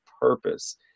purpose